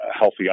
healthy